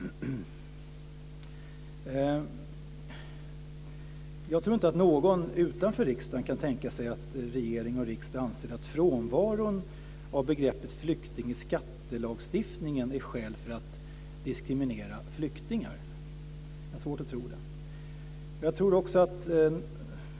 Jag tror inte att någon utanför riksdagen kan tänka sig att regering och riksdag anser att frånvaron av begreppet "flykting" i skattelagstiftningen är skäl för att diskriminera flyktingar. Jag har svårt att tro det.